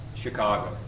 Chicago